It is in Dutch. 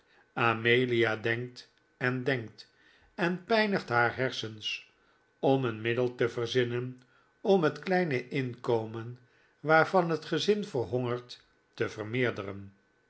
amelia denkt en denkt en pijnigt haar hersens om een middel te verzinnen om het kleine inkomen waarvan het gezin verhongert te vermeerderen